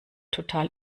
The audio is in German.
total